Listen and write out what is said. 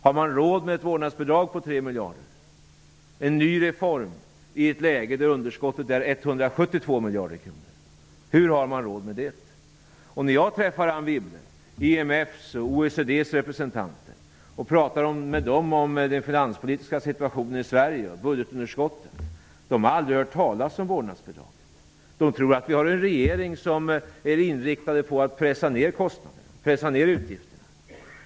Har man råd med ett vårdnadsbidrag på 3 miljarder kronor, med en ny reform, i ett läge där underskottet är 172 miljarder kronor? Hur har man råd med det? När jag, Anne Wibble, träffar IMF:s och OECD:s representanter och pratar med dem om den finanspolitiska situationen och budgetunderskottet i Sverige säger de att de aldrig har hört talas om vårdnadsbidraget. De tror att vi har en regering som är inriktad på att pressa ner kostnaderna, utgifterna.